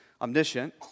omniscient